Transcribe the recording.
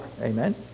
Amen